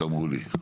300 אמרו לי.